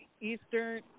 Eastern